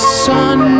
sun